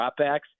dropbacks